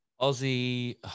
Aussie